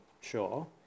sure